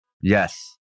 Yes